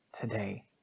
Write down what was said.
today